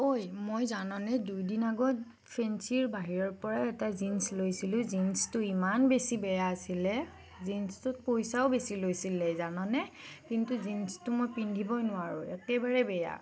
ঐ মই জাননে দুই দিন আগত ফেন্সীৰ বাহিৰৰপৰা এটা জিন্স লৈছিলোঁ জিন্সটো ইমান বেছি বেয়া আছিলে জিন্সটোত পইচাওঁ বেছি লৈছিলে জাননে কিন্তু জিন্সটো মই পিন্ধিবই নোৱাৰো একেবাৰে বেয়া